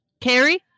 Carrie